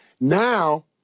Now